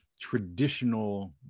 traditional